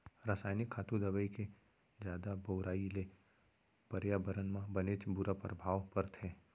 रसायनिक खातू, दवई के जादा बउराई ले परयाबरन म बनेच बुरा परभाव परथे